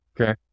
Okay